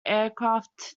aircraft